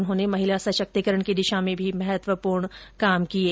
उन्होंने महिला सशक्तिकरण की दिशा में भी महत्वपूर्ण काम किये